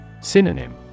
SYNONYM